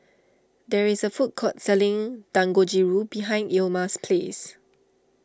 there is a food court selling Dangojiru behind Ilma's house